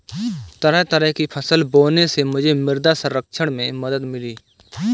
तरह तरह की फसल बोने से मुझे मृदा संरक्षण में मदद मिली